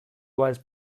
was